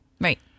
Right